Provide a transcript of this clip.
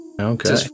Okay